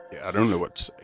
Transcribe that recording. yeah i don't know what to say.